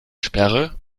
sperre